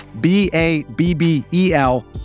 B-A-B-B-E-L